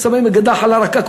שמים אקדח על הרקה,